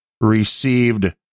received